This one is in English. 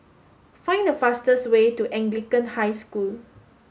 find the fastest way to Anglican High School